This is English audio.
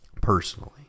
Personally